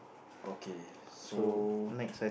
okay so